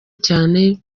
cyane